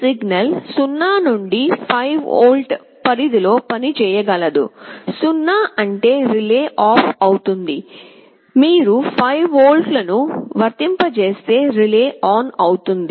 ఈ సిగ్నల్ 0 నుండి 5 వోల్ట్ పరిధిలో పనిచేయగలదు 0 అంటే రిలే ఆఫ్ అవుతుంది మీరు 5 వోల్ట్లను వర్తింపజేస్తే రిలే ఆన్ అవుతుంది